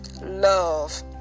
love